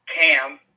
Cam